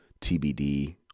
TBD